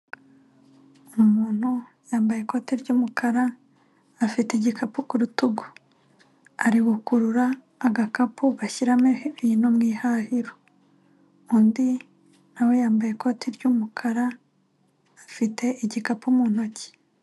Umuntu yambaye ikote ry'umukara afite igikapu ku rutugu, ari gukurura agakapu bashyiramo ibintu mu ihahiro, undi nawe yambaye ikoti ry'umukara afite igikapu mu ntoki.